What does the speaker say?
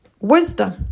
Wisdom